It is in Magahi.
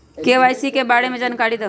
के.वाई.सी के बारे में जानकारी दहु?